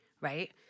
right